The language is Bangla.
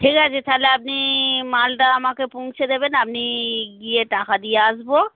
ঠিক আছে তাহলে আপনি মালটা আমাকে পৌঁছে দেবেন আপনি গিয়ে টাকা দিয়ে আসবো